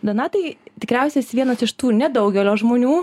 donatai tikriausia esi vienas iš tų nedaugelio žmonių